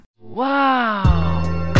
Wow